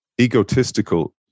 egotistical